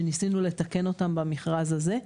שניסינו לתקן אותם במכרז הזה.